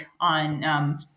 on